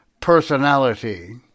personality